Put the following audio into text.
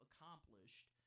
accomplished